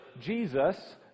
Jesus